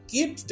Keep